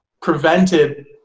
prevented